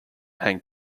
hank